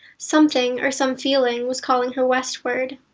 something, or some feeling, was calling her westward.